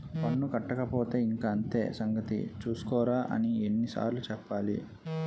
పన్ను కట్టకపోతే ఇంక అంతే సంగతి చూస్కోరా అని ఎన్ని సార్లు చెప్పాలి